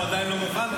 והוא עדיין לא מוכן.